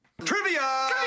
Trivia